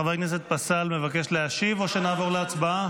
חבר הכנסת פסל מבקש להשיב, או שנעבור להצבעה?